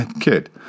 Kid